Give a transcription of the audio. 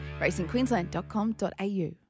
RacingQueensland.com.au